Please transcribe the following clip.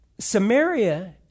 Samaria